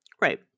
Right